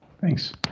Thanks